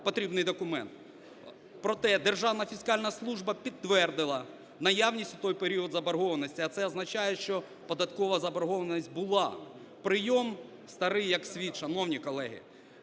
Проте, Державна фіскальна служба підтвердила наявність у той період заборгованості, а це означає, що податкова заборгованість була. Прийом старий як світ, шановні колеги.